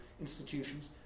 institutions